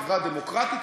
חברה דמוקרטית,